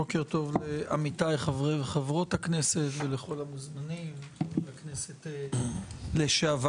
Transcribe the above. בוקר לעמיתיי חברי וחברות הכנסת ולכל המוזמנים ולחבר הכנסת לשעבר,